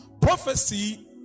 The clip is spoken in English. prophecy